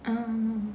(uh huh) !huh!